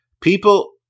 people